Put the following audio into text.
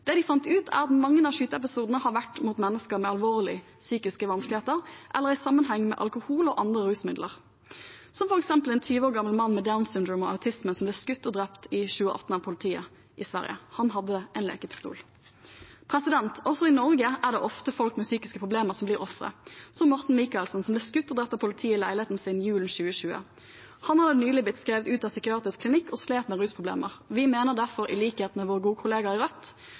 Det de fant ut, er at mange av skyteepisodene har vært mot mennesker med alvorlige psykiske vansker eller i sammenheng med alkohol og andre rusmidler. Et eksempel er en 20 år gammel mann med Downs syndrom og autisme som i 2018 ble skutt og drept av politiet i Sverige. Han hadde en lekepistol. Også i Norge er det ofte folk med psykiske problemer som blir ofre, som Morten Michelsen, som ble skutt og drept av politiet i leiligheten sin julen 2020. Han var nylig blitt skrevet ut av psykiatrisk klinikk og slet med rusproblemer. Vi mener derfor – i likhet med våre gode kollegaer i Rødt